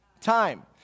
time